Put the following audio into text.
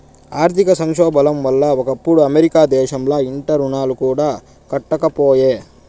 ఆర్థిక సంక్షోబం వల్ల ఒకప్పుడు అమెరికా దేశంల ఇంటి రుణాలు కూడా కట్టకపాయే